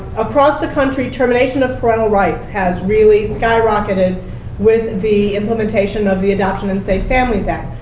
across the country, termination of parental rights has really skyrocketed with the implementation of the adoption and safe families act.